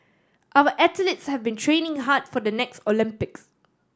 our athletes have been training hard for the next Olympics